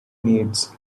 needs